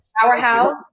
powerhouse